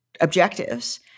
objectives